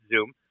zoom